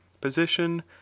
position